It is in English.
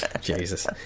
jesus